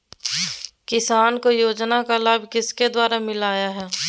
किसान को योजना का लाभ किसके द्वारा मिलाया है?